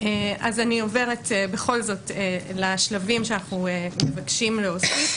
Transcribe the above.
אני עוברת בכל זאת לשלבים שאנחנו מבקשים להוסיף,